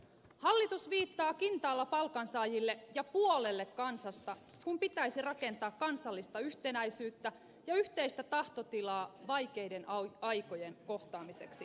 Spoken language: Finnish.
hallitus viittaa kintaalla palkansaajille ja puolelle kansasta kun pitäisi rakentaa kansallista yhtenäisyyttä ja yhteistä tahtotilaa vaikeiden aikojen kohtaamiseksi